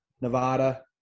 Nevada